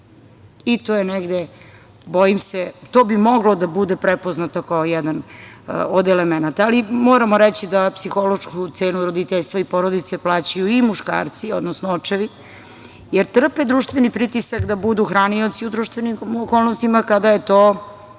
To je negde, bojim se, odnosno to bi moglo da bude prepoznato kao jedan od elemenata, ali moramo reći da psihološku cenu roditeljstvo i porodice plaćaju i muškarci, odnosno očevi, jer trpe društveni pritisak da budu hranioci u društvenim okolnostima kada je to